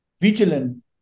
vigilant